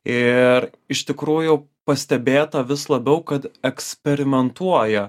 ir iš tikrųjų pastebėta vis labiau kad eksperimentuoja